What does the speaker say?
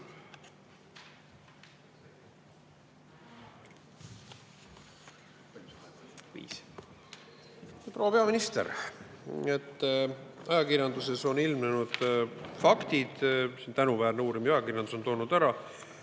Proua peaminister! Ajakirjanduses on ilmnenud faktid – tänuväärne uuriv ajakirjandus on toonud ära